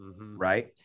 Right